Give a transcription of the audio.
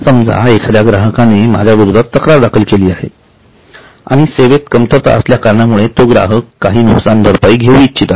समजा एखाद्या ग्राहकाने माझ्या विरोधात तक्रार दाखल केली आहे आणि सेवेत कमतरता असल्या कारणामुळे तो ग्राहक काही नुकसान भरपाई घेऊ इच्छित आहे